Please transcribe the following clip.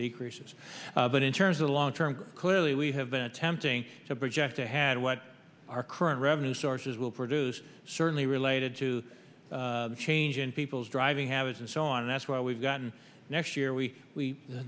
decreases but in terms of the long term clearly we have been attempting to project ahead what our current revenue sources will produce certainly related to changing people's driving habits and so on that's why we've gotten next year we we